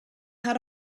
had